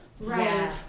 Right